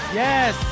yes